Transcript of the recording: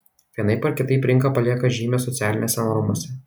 vienaip ar kitaip rinka palieka žymę socialinėse normose